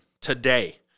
today